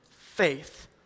faith